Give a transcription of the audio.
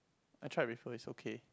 I tried before is okay